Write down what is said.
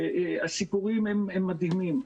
הסיפורים הם מדהימים.